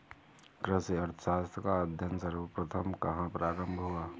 कृषि अर्थशास्त्र का अध्ययन सर्वप्रथम कहां प्रारंभ हुआ?